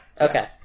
Okay